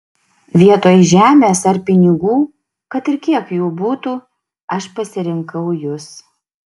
vietoj žemės ar pinigų kad ir kiek jų būtų aš pasirinkau jus